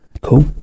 Cool